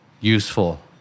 useful